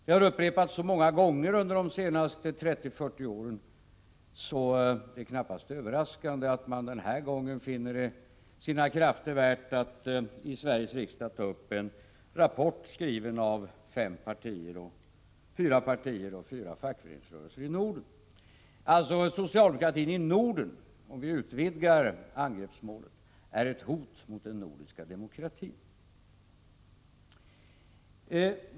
Det har upprepats så många gånger under de senaste 30-40 åren att det knappast är överraskande att man den här gången finner det sina krafter värt att i Sveriges riksdag ta upp en rapport skriven av fyra partier och fyra fackföreningsrörelser i Norden. Socialdemokratin i Norden är alltså, om vi utvidgar angreppsmålet, ett hot mot den nordiska demokratin.